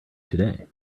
today